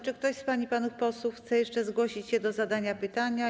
Czy ktoś z pań i panów posłów chce jeszcze zgłosić się do zadania pytania?